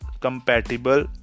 compatible